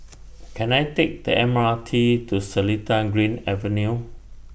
Can I Take The M R T to Seletar Green Avenue